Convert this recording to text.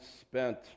spent